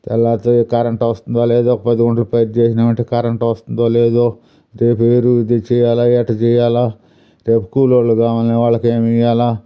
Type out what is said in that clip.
తెల్లారితే కరెంట్ వస్తుందో లేదో పొద్దుగూకులు రిపేర్ చేసినాం అంటే కరెంట్ వస్తుందో లేదో రేపు ఎరువు తెచ్చి వెయ్యాలి ఎలా చేయాలా రేపు కూలి వాళ్లు కావాల్నే వాళ్ళకి ఏమి ఇయ్యాల